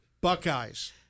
Buckeyes